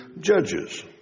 judges